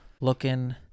looking